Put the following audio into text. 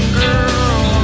girl